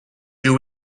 you